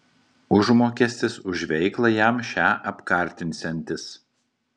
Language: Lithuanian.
užmokestis už veiklą jam šią apkartinsiantis